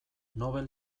nobel